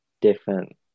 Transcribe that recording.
different